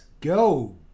go